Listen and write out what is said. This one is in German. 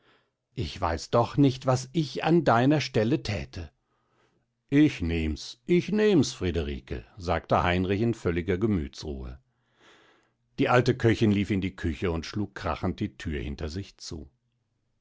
ich weiß doch nicht was ich an deiner stelle thäte ich nehm's ich nehm's friederike sagte heinrich in völliger gemütsruhe die alte köchin lief in die küche und schlug krachend die thür hinter sich zu